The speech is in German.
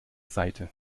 seite